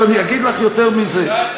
אדוני השר, אומר לך יותר מזה.